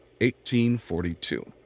1842